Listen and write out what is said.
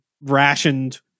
rationed